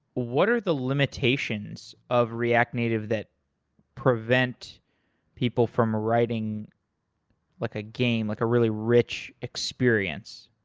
what are the limitations of react native that prevent people from writing like a game, like a really rich experience?